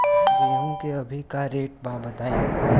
गेहूं के अभी का रेट बा बताई?